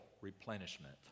replenishment